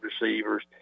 receivers